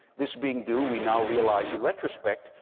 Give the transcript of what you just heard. this being due, we now realize in retrospect,